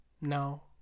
No